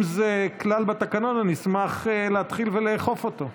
אם זה כלל בתקנון, אני אשמח להתחיל לאכוף אותו.